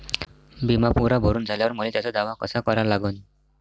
बिमा पुरा भरून झाल्यावर मले त्याचा दावा कसा करा लागन?